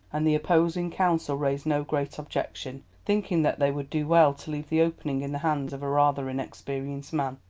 and the opposing counsel raised no great objection, thinking that they would do well to leave the opening in the hands of a rather inexperienced man,